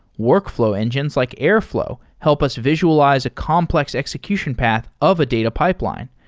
workflow engines like airflow help us visualize a complex execution path of a data pipeline.